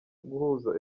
guhuza